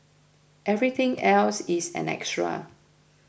everything else is an extra